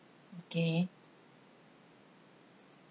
okay